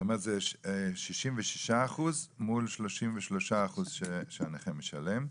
זאת אומרת זה 66%, מול 33% שהנכה משלם.